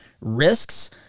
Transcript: risks